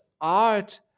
art